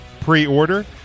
pre-order